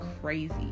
crazy